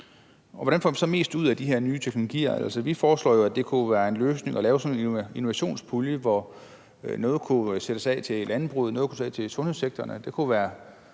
Hvordan får vi så mest ud af de her nye teknologier? Vi foreslår, at det kunne være en løsning at lave sådan en innovationspulje, hvor noget kunne afsættes til landbruget, noget kunne afsættes til sundhedssektoren